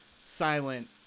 silent